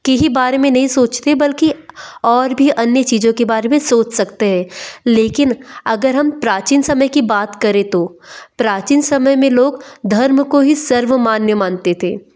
की ही बारे में नहीं सोचते बल्कि और भी अन्य चीज़ों के बारे में सोच सकते हैं लेकिन अगर हम प्राचीन समय की बात करें तो प्राचीन समय में लोग धर्म को ही सर्व मान्य मानते थे